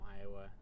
Iowa